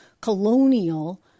colonial